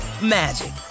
magic